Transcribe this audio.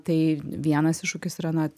tai vienas iššūkis yra na